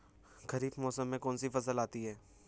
खरीफ मौसम में कौनसी फसल आती हैं?